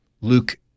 Luke